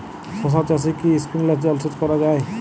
শশা চাষে কি স্প্রিঙ্কলার জলসেচ করা যায়?